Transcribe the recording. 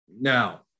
Now